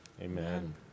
Amen